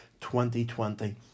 2020